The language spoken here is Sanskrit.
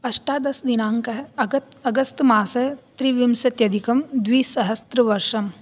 अष्टादशदिनाङ्कः अगत् अगस्त् मासः त्रिविंशति अधिकं द्विसहस्रवर्षम्